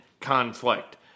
conflict